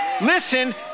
listen